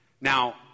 Now